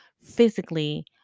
physically